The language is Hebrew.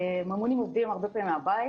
ממונים עובדים הרבה פעמים מהבית.